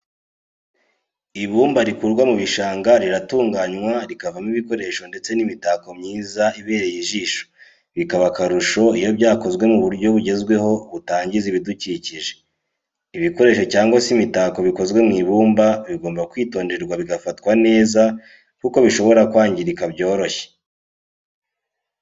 Ibumba rikurwa mu gishanga riratunganywa rikavamo ibikoresho ndetse n'imitako myiza ibereye ijisho bikaba akarusho iyo byakozwe mu buryo bugezweho butangiza ibidukikije. ibikoresho cyangwa se imitako bikozwe mu ibumba bigomba kwitonderwa bigafatwa neza kuko bishobora kwangirika byoroshye.